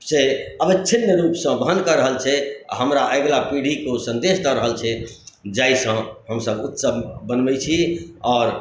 से अविछिन्न रूपसँ वहन कऽ रहल छै हमरा अगिला पीढ़ीके ओ सन्देश दऽ रहल छै जाहिसँ हम सभ उत्सव मनबैत छी आओर